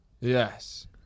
yes